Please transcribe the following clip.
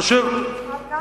הלקאה עצמית.